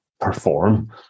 perform